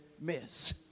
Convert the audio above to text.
miss